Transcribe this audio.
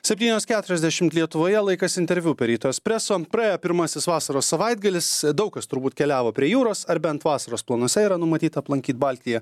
septynios keturiasdešimt lietuvoje laikas interviu per ryto espreso praėjo pirmasis vasaros savaitgalis daug kas turbūt keliavo prie jūros ar bent vasaros planuose yra numatyta aplankyt baltiją